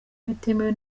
bitemewe